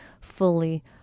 fully